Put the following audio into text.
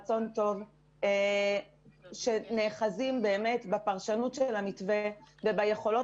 הם נאחזים בפרשנות של המתווה וביכולות